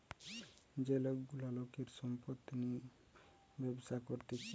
যে লোক গুলা লোকের সম্পত্তি নিয়ে ব্যবসা করতিছে